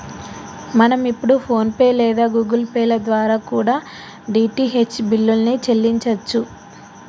మనం ఇప్పుడు PhonePe లేదా గుగుల్ పే ల ద్వారా కూడా డీ.టీ.హెచ్ బిల్లుల్ని చెల్లించచ్చు